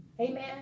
Amen